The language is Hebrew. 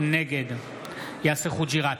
נגד יאסר חוג'יראת,